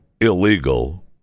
illegal